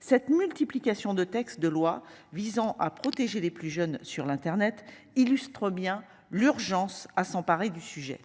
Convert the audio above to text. Cette multiplication de textes de loi visant à protéger les plus jeunes sur l'Internet illustre bien l'urgence à s'emparer du sujet.